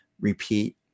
repeat